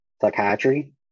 psychiatry